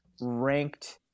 ranked